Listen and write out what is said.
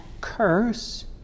curse